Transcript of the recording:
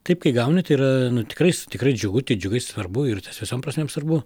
kaip kai gauni tai yra nu tikrais tikrai džiugu tai džiugiai svarbu ir tas visom prasmėm svarbu